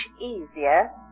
easier